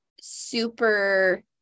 super